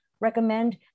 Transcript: recommend